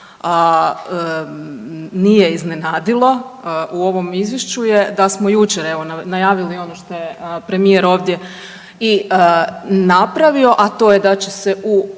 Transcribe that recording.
nije iznenadilo u ovom izvješću je da smo jučer evo najavili ono što je premijer ovdje i napravio, a to je da će se u ovih